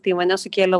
taivane sukėlė